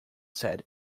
said